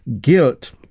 guilt